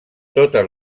totes